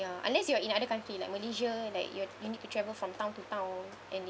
ya unless you are in other country like malaysia like you're you need to travel from town to town and